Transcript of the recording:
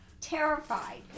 terrified